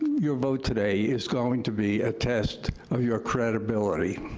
your vote today is going to be a test of your credibility.